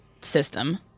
system